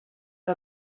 que